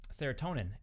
serotonin